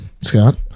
Scott